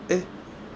eh